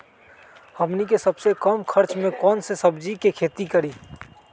हमनी के सबसे कम खर्च में कौन से सब्जी के खेती करी?